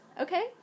Okay